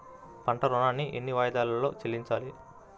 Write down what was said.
పంట ఋణాన్ని ఎన్ని వాయిదాలలో చెల్లించాలి?